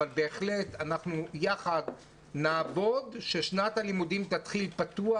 אבל בהחלט אנחנו יחד נעבוד ששנת הלימודים תתחיל פתוח,